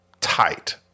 tight